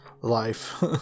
life